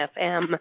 FM